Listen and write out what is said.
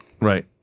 Right